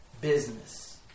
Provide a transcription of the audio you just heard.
business